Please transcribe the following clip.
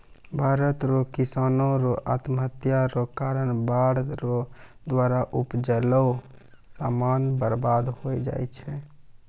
भारत रो किसानो रो आत्महत्या रो कारण बाढ़ रो द्वारा उपजैलो समान बर्बाद होय जाय छै